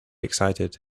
excited